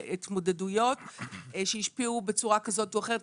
התמודדויות שהשפיעו בצורה כזאת או אחרת.